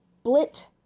Split